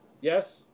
yes